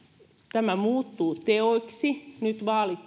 tämä keskustelu muuttuu teoiksi nyt vaalit